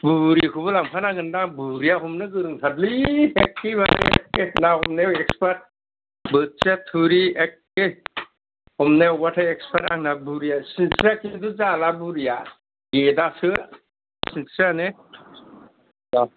बुरिखौबो लांफानांगोनदां बुरिया हमनो गोरोंथारलै एके बारे ना हमनायाव एक्सपार्ट बोथिया थुरि एखे हमनायावबाथाय एक्सपार्ट आंना बुरिया सिनस्रिया खिन्थु जाला बुरिया गेदासो सिनस्रियानो दा